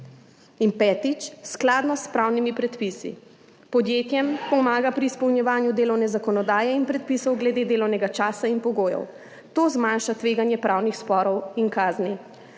In petič, skladnost s pravnimi predpisi. Podjetjem pomaga pri izpolnjevanju delovne zakonodaje in predpisov glede delovnega časa in pogojev. To zmanjša tveganje pravnih sporov in kazni.